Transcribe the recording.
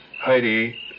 Heidi